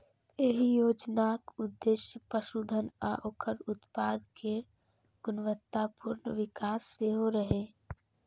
एहि योजनाक उद्देश्य पशुधन आ ओकर उत्पाद केर गुणवत्तापूर्ण विकास सेहो रहै